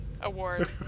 Award